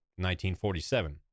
1947